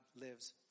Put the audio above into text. lives